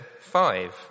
Five